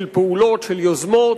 של פעולות, של יוזמות.